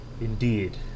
Indeed